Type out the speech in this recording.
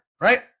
right